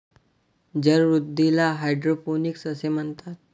जलवृद्धीला हायड्रोपोनिक्स असे म्हणतात